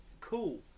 cool